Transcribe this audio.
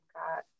got